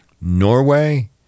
Norway